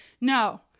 no